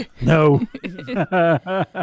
No